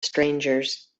strangers